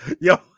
yo